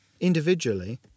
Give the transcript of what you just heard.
Individually